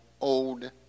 old